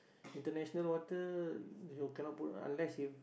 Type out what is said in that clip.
international water you know cannot put unless you